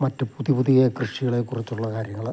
മറ്റു പുതിയ പുതിയ കൃഷികളെ കുറിച്ചുള്ള കാര്യങ്ങൾ